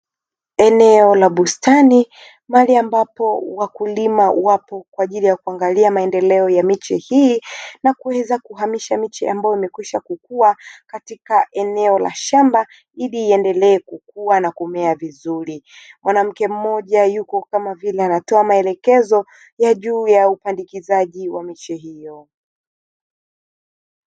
Eneo la bustani mali ambapo wakulima wapo kwa ajili ya kuangalia maendeleo ya miche hii na kuweza kuhamisha miche ambayo imekwisha kukua katika eneo la shamba, ili iendelee kukua na kumea vizuri mwanamke mmoja yuko kama vile anatoa maelekezo ya juu ya upandikizaji wa miche hiyo.